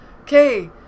Okay